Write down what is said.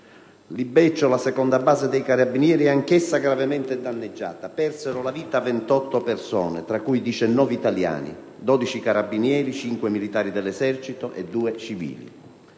Libeccio - la seconda base dei carabinieri - viene gravemente danneggiata. Persero la vita 28 persone, tra cui 19 italiani: 12 carabinieri, 5 militari dell'esercito e 2 civili.